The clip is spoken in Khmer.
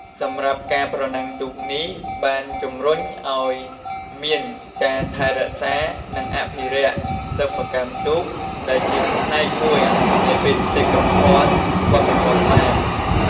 សម្រាប់ការប្រណាំងទូកនេះបានជំរុញឱ្យមានការថែរក្សា និងអភិវឌ្ឍសិប្បកម្មទូក ដែលជាផ្នែកមួយនៃបេតិកភណ្ឌវប្បធម៌ខ្មែរ។